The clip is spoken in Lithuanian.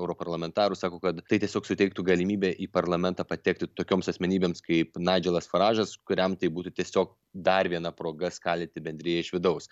europarlamentarų sako kad tai tiesiog suteiktų galimybę į parlamentą patekti tokioms asmenybėms kaip naidželas faražas kuriam tai būtų tiesiog dar viena proga skaldyti bendriją iš vidaus